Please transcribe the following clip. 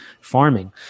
farming